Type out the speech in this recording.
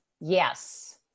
yes